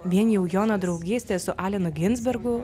vien jau jono draugystė su alenu ginsbergu